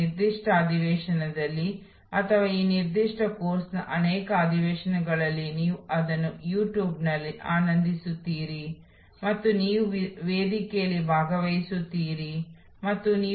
ಈಗ ಹೊಸ ಸೇವೆಗಳು ಮೂಲವನ್ನು ಹೊಂದಬಹುದು ಸೇವಾ ಉದ್ಯಮದ ಸಂದರ್ಭದಲ್ಲಿ ಅನ್ಸಾಫ್ ಮ್ಯಾಟ್ರಿಕ್ಸ್ ಅನ್ನು ಅಳವಡಿಸಿಕೊಳ್ಳುವ ಮೂಲಕ ಇದನ್ನು ಚೆನ್ನಾಗಿ ವಿವರಿಸಬಹುದು